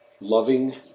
loving